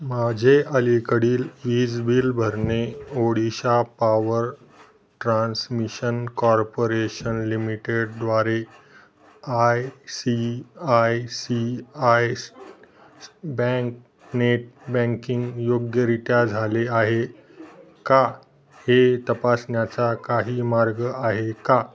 माझे अलीकडील वीज बिल भरणे ओडिशा पावर ट्रान्समिशन कॉर्पोरेशन लिमिटेडद्वारे I C I C I's bank net banking योग्यरित्या झाले आहे का हे तपासण्याचा काही मार्ग आहे का